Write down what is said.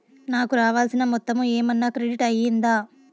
నాకు రావాల్సిన మొత్తము ఏమన్నా క్రెడిట్ అయ్యిందా